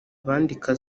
abandika